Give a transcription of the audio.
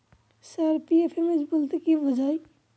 Sir PFMS বলতে কি বোঝায়?